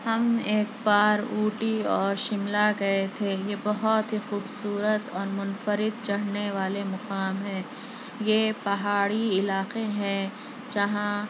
ہم ایک بار اوٹی اور شملہ گئے تھے یہ بہت ہی خوبصورت اور منفرد چڑھنے والے مقام ہیں یہ پہاڑی علاقے ہیں جہاں